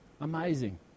Amazing